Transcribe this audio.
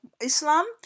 Islam